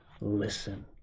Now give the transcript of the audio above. listen